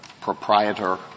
proprietor